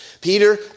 Peter